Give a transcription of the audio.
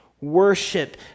Worship